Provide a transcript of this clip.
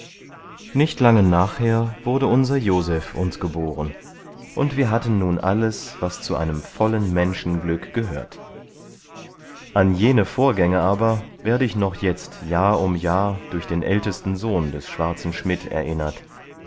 nicht lange nachher wurde unser joseph uns geboren und wir hatten nun alles was zu einem vollen menschenglück gehört an jene vorgänge aber werde ich noch jetzt jahr um jahr durch den ältesten sohn des schwarzen schmidt erinnert